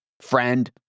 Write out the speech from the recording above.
Friend